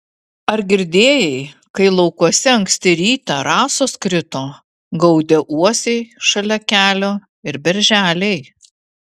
ar girdėjai kai laukuose anksti rytą rasos krito gaudė uosiai šalia kelio ir berželiai